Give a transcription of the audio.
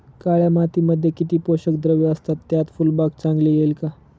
काळ्या मातीमध्ये किती पोषक द्रव्ये असतात, त्यात फुलबाग चांगली येईल का?